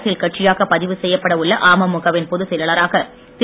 அரசியல் கட்சியாக பதிவு செய்யப்பட உள்ள அமமுகவின் பொதுச் செயலாளராக திரு